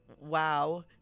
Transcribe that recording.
wow